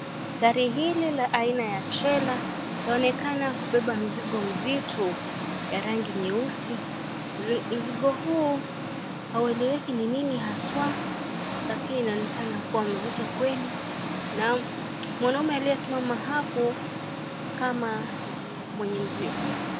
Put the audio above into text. Gari hili la aina ya trela, linaonekana kubeba mzigo mzito, ya rangi nyeusi. Mzigo huu haueleweki ni nini haswa, lakini inaonekana kuwa mzito kweli. Na mwanaume aliyesimama hapo kama mwenyezi mzigo.